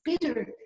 bitter